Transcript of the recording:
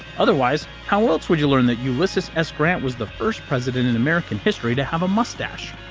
otherwise. how else would you learn that ulysses s grant was the first president in american history to have a mustache?